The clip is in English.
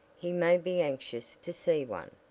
he may be anxious to see one.